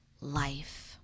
life